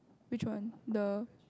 which one the